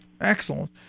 Excellent